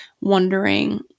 wondering